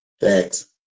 thanks